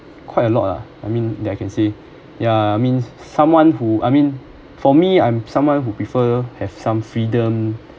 quite a lot lah I mean that I can say ya I mean someone who I mean for me I'm someone who prefer have some freedom